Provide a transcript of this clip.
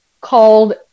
called